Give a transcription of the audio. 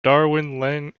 darwen